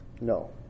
No